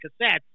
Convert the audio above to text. cassettes